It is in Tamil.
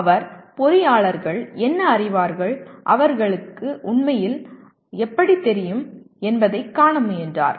அவர் பொறியாளர்கள் என்ன அறிவார்கள் உண்மையில் அவர்களுக்கு எப்படி தெரியும் என்பதை காண முயன்றார்